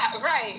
Right